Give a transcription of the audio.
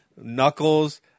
Knuckles